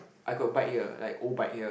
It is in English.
I got bike like old bike here